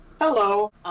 Hello